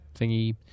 thingy